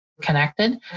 connected